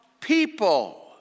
people